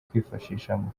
kwifashisha